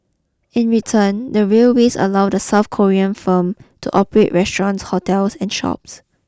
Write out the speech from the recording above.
in return the railways allow the South Korean firm to operate restaurants hotels and shops